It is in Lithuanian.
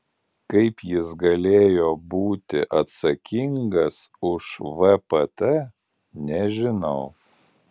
kaip jis galėjo būti atsakingas už vpt nežinau